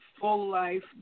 full-life